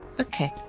Okay